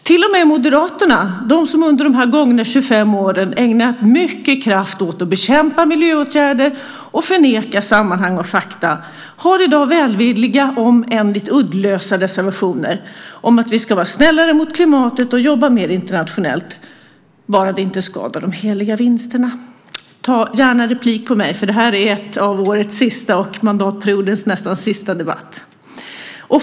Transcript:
Till och med Moderaterna, de som under de gångna 35 åren ägnat mycket kraft åt att bekämpa miljöåtgärder och förneka sammanhang och fakta, har i dag välvilliga om än lite uddlösa reservationer om att vi ska vara snällare mot klimatet och jobba mer internationellt, bara det inte skadar de heliga vinsterna. Ta gärna replik på mig, för det här är en av årets sista och mandatperiodens nästan sista debatt!